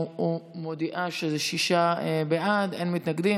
ומודיעה שזה שישה בעד ואין מתנגדים.